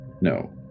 No